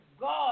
God